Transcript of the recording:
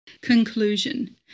Conclusion